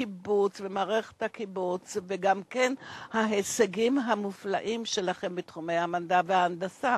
במערכת של הקיבוץ וגם בהישגים המופלאים שלכם בתחומי המדע וההנדסה.